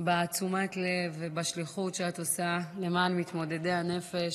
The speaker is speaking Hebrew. על תשומת הלב ועל השליחות שאת עושה למען מתמודדי הנפש.